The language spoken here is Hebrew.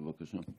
בבקשה.